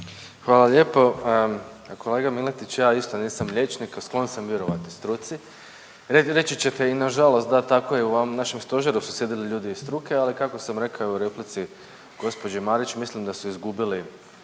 Hvala lijepo kolega Miletić. Ja isto nisam liječnik, a sklon sam vjerovati struci. Reći ćete i nažalost, da, tako je i u našem Stožer su sjedili ljudi iz struke, ali kako sam rekao i u replici gđi Marić, mislim da su izgubili,